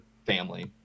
family